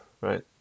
right